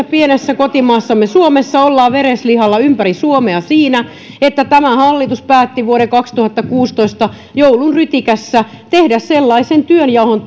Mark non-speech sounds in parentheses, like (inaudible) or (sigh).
(unintelligible) pienessä kotimaassamme suomessa ollaan vereslihalla ympäri suomea sen takia että tämä hallitus päätti vuoden kaksituhattakuusitoista joulun rytikässä tehdä sellaisen työnjaon (unintelligible)